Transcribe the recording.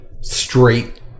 straight